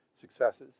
successes